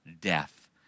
death